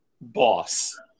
boss